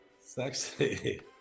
sexy